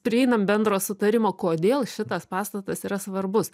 prieinam bendro sutarimo kodėl šitas pastatas yra svarbus